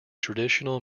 traditional